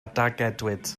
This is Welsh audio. dargedwyd